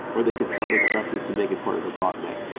or they could suddenly corrupt it to make it part of a botnet.